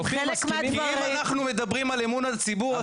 אם אנחנו מדברים על אמון הציבור,